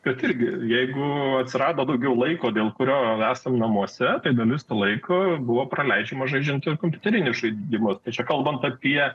kad irgi jeigu atsirado daugiau laiko dėl kurio esam namuose tai dalis to laiko buvo praleidžiama žaidžiant kompiuterinius žaidimus tačiau kalbant apie